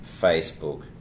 Facebook